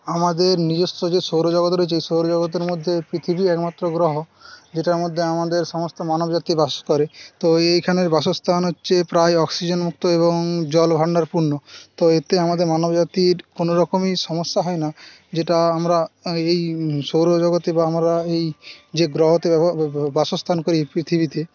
আমাদের নিজস্ব যে সৌরজগৎ রয়েছে সৌরজগতের মধ্যে পৃথিবী একমাত্র গ্রহ যেটার মধ্যে আমাদের সমস্ত মানব জাতি বাস করে তো এইখানের বাসস্থান হচ্ছে প্রায় অক্সিজেন মুক্ত এবং জল ভাণ্ডার পূর্ণ তো এতে আমাদের মানব জাতির কোনোরকমই সমস্যা হয়না যেটা আমরা এই সৌরজগতে বা আমরা এই যে গ্রহতে বাসস্থান করি পৃথিবীতে